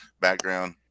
background